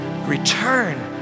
Return